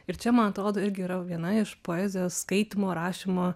ir čia man atrodo irgi yra viena iš poezijos skaitymo rašymo